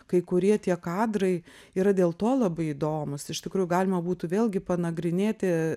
kai kurie tie kadrai yra dėl to labai įdomūs iš tikrųjų galima būtų vėlgi panagrinėti